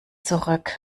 zurück